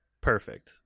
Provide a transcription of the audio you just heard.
perfect